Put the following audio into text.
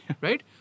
right